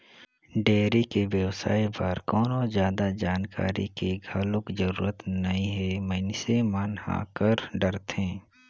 dairy के बेवसाय बर कोनो जादा जानकारी के घलोक जरूरत नइ हे मइनसे मन ह कर डरथे